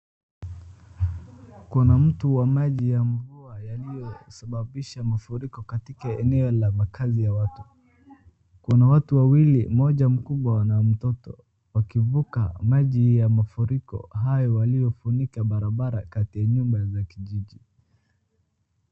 Kuna mto ya maji ya mvua yaliyosababisha mafuriko katika eneo la makazi ya watu. Kuna watu wawili, mmoja mkubwa na mtoto wakivuka maji ya mafuriko hayo yaliyofunika barabara kati ya nyumba za kijiji.